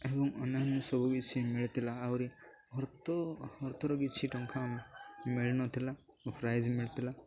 ଏବଂ ଅନ୍ୟାନ୍ୟ ସବୁକିଛି ମିଳିଥିଲା ଆହୁରି ଅର୍ଥ ଅର୍ଥର କିଛି ଟଙ୍କା ମିଳନଥିଲା ପ୍ରାଇଜ୍ ମିଳିଥିଲା